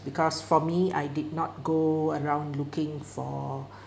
because for me I did not go around looking for